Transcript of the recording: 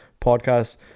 podcast